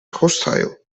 hostile